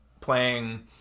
playing